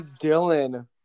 Dylan